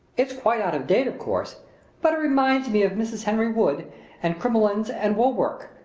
it's quite out of date, of course but it reminds me of mrs. henry wood and crinolines and woolwork,